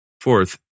Fourth